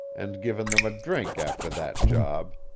and given them a drink after that job,